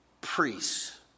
priests